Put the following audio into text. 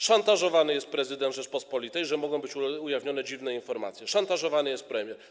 Szantażowany jest prezydent Rzeczypospolitej, że mogą być ujawnione dziwne informacje, szantażowany jest premier.